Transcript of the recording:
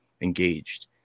engaged